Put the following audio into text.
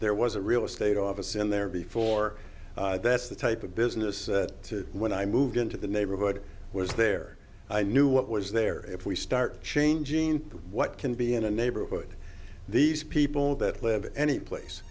there was a real estate office in there before that's the type of business to when i moved into the neighborhood was there i knew what was there if we start changing what can be in a neighborhood these people that live any place